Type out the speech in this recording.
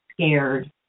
scared